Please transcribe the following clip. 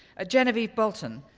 ah genevieve bolton,